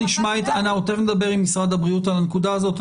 אנחנו תיכף נדבר עם משרד הבריאות על הנקודה הזאת.